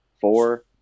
Four